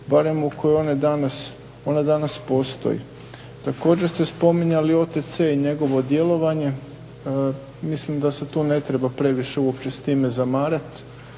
barem u kojoj ona danas postoji. Također ste spominjali OTC i njegovo djelovanje. Mislim da se tu ne treba previše uopće s time zamarati